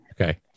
Okay